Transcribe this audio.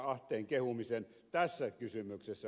ahteen kehumisen tässä kysymyksessä